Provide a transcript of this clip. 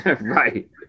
Right